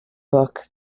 book